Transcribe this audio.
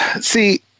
see